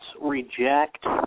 reject